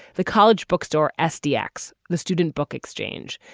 the college bookstore, sd x, the student book exchange.